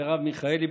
מרב מיכאלי,